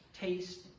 taste